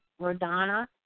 Rodana